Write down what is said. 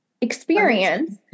experience